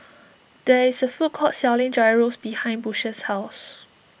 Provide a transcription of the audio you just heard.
there is a food court selling Gyros behind Bush's house